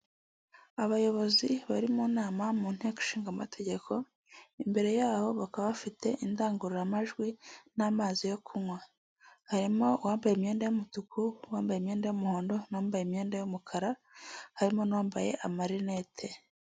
Abayobozi bari mu nama mu nteko ishinga amategeko, imbere yabo bakaba bafite indangururamajwi n'amazi yo kunywa, harimo uwambaye imyenda y'umutuku, uwambaye imyenda y'umuhondo n'uwambaye imyenda y'umukara harimo n'uwambaye amarinete.